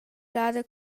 gada